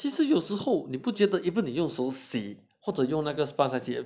其实有时候你不觉得 even the 用手洗或者用那个 sponge 来洗